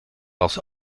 als